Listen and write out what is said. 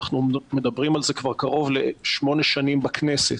אנחנו מדברים על זה כבר קרוב לשמונה שנים בכנסת.